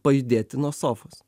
pajudėti nuo sofos